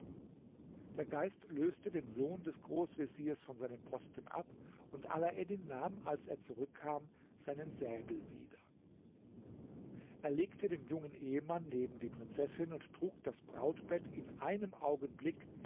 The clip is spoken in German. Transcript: der geist löste den sohn des großveziers von seinem posten ab und alaeddin nahm als er zurückkam seinen säbel wieder er legte den jungen ehemann neben die prinzessin und trug das brautbett in einem augenblick